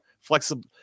flexible